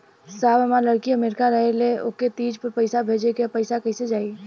साहब हमार लईकी अमेरिका रहेले ओके तीज क पैसा भेजे के ह पैसा कईसे जाई?